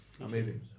Amazing